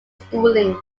schooling